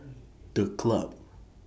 The Club